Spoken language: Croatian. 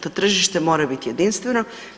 To tržište mora biti jedinstveno.